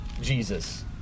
Jesus